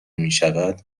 میشود